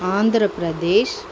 Andhra Pradesh